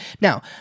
Now